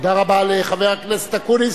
תודה רבה לחבר הכנסת אקוניס.